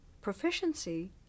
proficiency